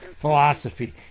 philosophy